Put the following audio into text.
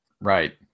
Right